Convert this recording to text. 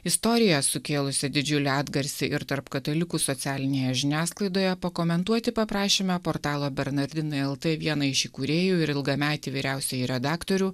istorija sukėlusi didžiulį atgarsį ir tarp katalikų socialinėje žiniasklaidoje pakomentuoti paprašėme portalo bernardinai lt vieną iš įkūrėjų ir ilgametį vyriausiąjį redaktorių